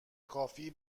کافی